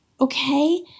Okay